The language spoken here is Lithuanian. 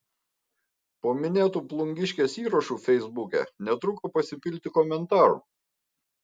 po minėtu plungiškės įrašu feisbuke netruko pasipilti komentarų